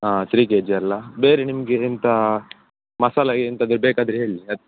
ಹಾಂ three kg ಅಲ್ಲ ಬೇರೆ ನಿಮಗೆ ಎಂತಾ ಮಸಾಲ ಎಂತಾದರು ಬೇಕಾದರೆ ಹೇಳಿ ಅತ್